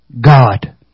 God